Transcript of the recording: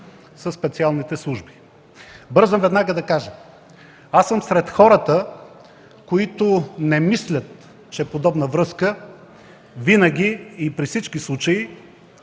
със специалните служби. Бързам веднага да кажа, че аз съм сред хората, които не мислят, че подобна връзка винаги и при всички случаи,